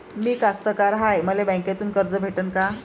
मी कास्तकार हाय, मले बँकेतून कर्ज भेटन का?